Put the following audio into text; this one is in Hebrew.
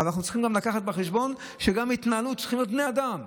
אבל אנחנו צריכים גם לקחת בחשבון שגם בהתנהלות צריכים להיות בני אדם.